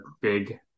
big